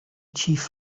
chief